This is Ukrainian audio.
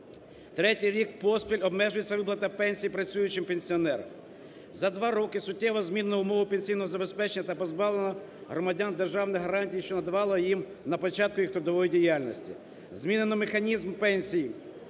Третій рік поспіль обмежується виплата пенсій працюючим пенсіонерам. За 2 роки суттєво змінено умови пенсійного забезпечення та позбавлено громадян державних гарантій, що надавали їм на початку їх трудової діяльності. Змінено механізм пенсій,